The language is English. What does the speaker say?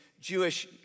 Jewish